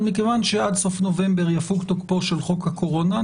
אבל מכיוון שעד סוף נובמבר יפוג תוקפו של חוק הקורונה,